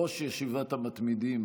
ראש ישיבת המתמידים